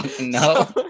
no